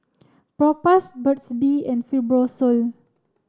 propass Burt's bee and Fibrosol